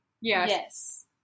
Yes